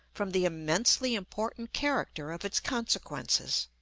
from the immensely important character of its consequences.